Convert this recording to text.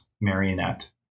marionette